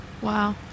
Wow